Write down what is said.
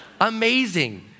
Amazing